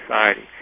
society